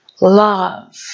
love